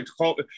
call